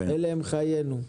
אלה הם חיינו.